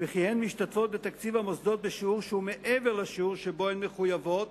וכי הן משתתפות בתקציב המוסדות בשיעור שהוא מעבר לשיעור שבו הן מחויבות